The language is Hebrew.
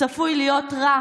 צפוי להיות רע